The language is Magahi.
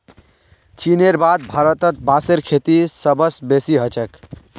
चीनेर बाद भारतत बांसेर खेती सबस बेसी ह छेक